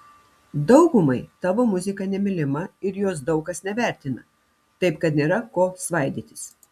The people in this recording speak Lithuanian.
daugumai tavo muzika nemylima ir jos daug kas nevertina taip kad nėra ko svaidytis